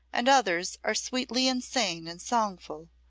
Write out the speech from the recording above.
and others are sweetly insane and songful.